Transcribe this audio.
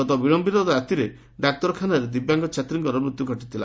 ଗତ ବିଳମ୍ପିତ ରାତ୍ରିରେ ଡାକ୍ତରଖାନାରେ ଦିବ୍ୟାଙ୍ଗ ଛାତ୍ରୀଙ୍କର ମୃତ୍ୟୁ ଘଟିଥିଲା